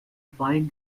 bind